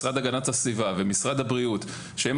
משרד הגנת הסביבה ומשרד הבריאות שהם